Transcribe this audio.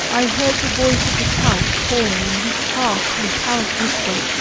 i heard the voice of the count calling in his harsh, metallic whisper.